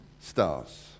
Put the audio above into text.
stars